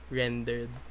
rendered